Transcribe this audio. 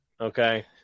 Okay